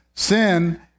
Sin